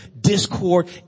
discord